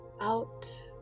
out